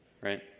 right